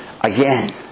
again